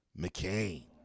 McCain